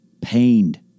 pained